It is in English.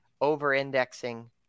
over-indexing